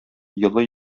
елый